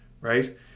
right